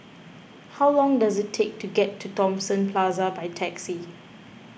how long does it take to get to Thomson Plaza by taxi